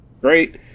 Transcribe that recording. great